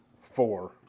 four